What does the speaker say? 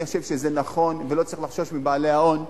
אני חושב שזה נכון, ולא צריך לחשוש מבעלי ההון.